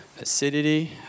Acidity